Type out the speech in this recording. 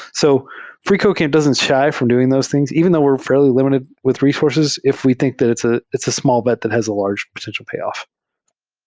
so freecodecamp doesn t shy from doing those things even though we're fair ly lim ited with resources. if we think that it's ah it's a small bet that has a large potential payoff.